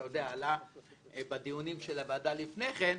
אתה יודע, עלה בדיונים של הוועדה לפני כן,